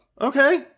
okay